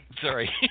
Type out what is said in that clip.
sorry